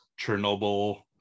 Chernobyl